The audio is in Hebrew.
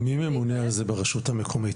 מי ממונה על זה ברשות המקומית?